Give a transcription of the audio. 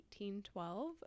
1812